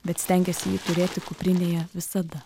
bet stengiasi jį turėti kuprinėje visada